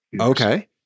Okay